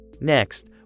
Next